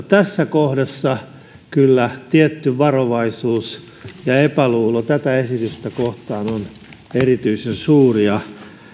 tässä kohdassa kyllä tietty varovaisuus ja epäluulo tätä esitystä kohtaan ovat erityisen suuria